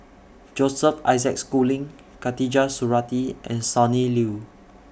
Joseph Isaac Schooling Khatijah Surattee and Sonny Liew